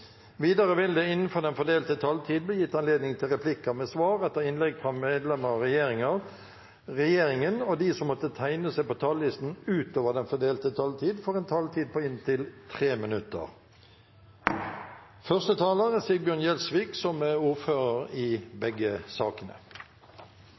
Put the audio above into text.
Videre vil det – innenfor den fordelte taletid – bli gitt anledning til replikker med svar etter innlegg fra medlemmer av regjeringen, og de som måtte tegne seg på talerlisten utover den fordelte taletid, får en taletid på inntil 3 minutter. Jeg beklager at stemmen er litt dårlig i dag. Det er